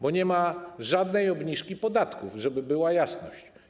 Bo nie ma żadnej obniżki podatków, żeby była jasność.